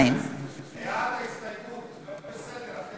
2. ההסתייגות (2)